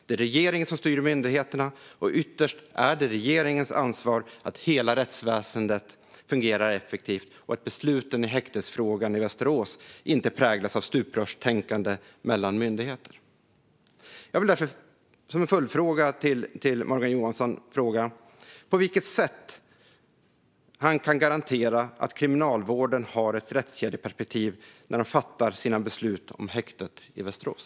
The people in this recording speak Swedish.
Det är regeringen som styr myndigheterna, och ytterst är det regeringens ansvar att hela rättsväsendet fungerar effektivt och att besluten i häktesfrågan i Västerås inte präglas av stuprörstänkande mellan myndigheter. Min följdfråga är: På vilket sätt kan Morgan Johansson garantera att Kriminalvården har ett rättskedjeperspektiv när man fattar beslut om häktet i Västerås?